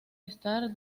estar